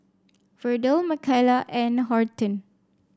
Verdell Michaela and Horton